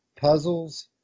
puzzles